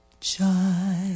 child